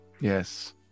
Yes